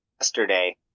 Yesterday